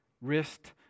Wrist